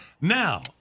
now